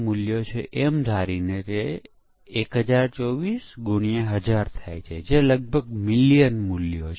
ઉદાહરણ તરીકે ચાલો કહીએ કે પ્રોગ્રામરે જ્યાં નંબર લખવાના હતા ત્યાં શબ્દો આપ્યા છે